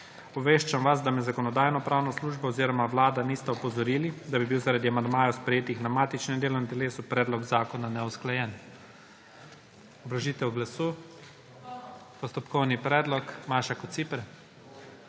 Obveščam vas, da me Zakonodajno-pravna služba oziroma Vlada nista opozorili, da bi bil zaradi amandmajev, sprejetih na matičnem delovnem telesu, predlog zakona neusklajen. Obrazložitev glasu? (Ne.) Postopkovni predlog, Maša Kociper.